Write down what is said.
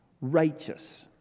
righteous